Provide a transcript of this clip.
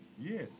yes